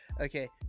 Okay